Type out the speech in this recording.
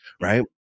right